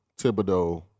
Thibodeau